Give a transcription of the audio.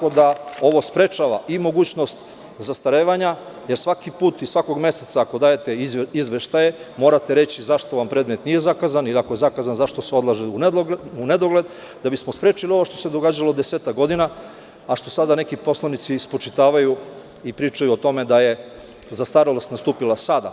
Ovo sprečava i mogućnost zastarevanja, jer svaki put i svakog meseca ako dajete izveštaje, morate reći zašto vam predmet nije zakazan ili ako je zakazan, zašto se odlaže u nedogled, da bismo sprečilo ovo što se događalo nekih desetak godina, a što neki poslanici sada spočitavaju i pričaju o tome da je zastarelost nastupila sada.